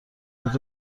خود